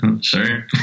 Sorry